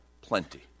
plenty